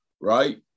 right